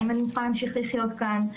האם אני אוכל להמשיך לחיות כאן,